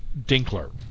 Dinkler